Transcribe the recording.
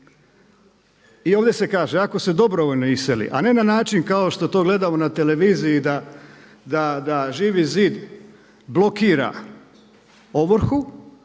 i ovdje se kaže ako se dobrovoljno iseli a ne na način kao što to gledamo na televiziji da ŽIVI ZID blokira ovrhu,